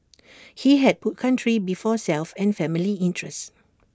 he had put country before self and family interest